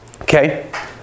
Okay